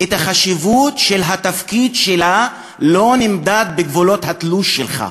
החשיבות של התפקיד שלך לא נמדדת בגבולות התלוש שלך,